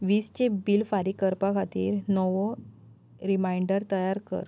वीजची bill फारीक करपा खातीर नवो रिमांयडर तयार कर